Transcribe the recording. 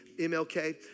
MLK